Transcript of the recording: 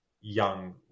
young